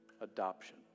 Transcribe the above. adoption